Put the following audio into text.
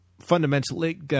fundamentally